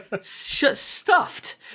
stuffed